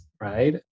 right